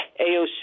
AOC